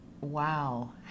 wow